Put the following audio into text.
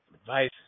advice